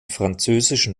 französischen